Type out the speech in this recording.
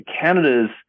Canada's